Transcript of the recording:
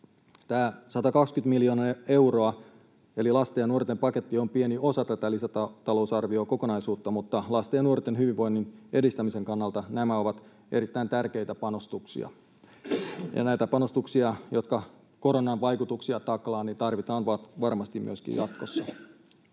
Tämä 120 miljoonaa euroa, eli lasten ja nuorten paketti, on pieni osa tätä lisätalousarviokokonaisuutta, mutta lasten ja nuorten hyvinvoinnin edistämisen kannalta nämä ovat erittäin tärkeitä panostuksia. Näitä panostuksia, jotka koronan vaikutuksia taklaavat, tarvitaan varmasti myöskin jatkossa.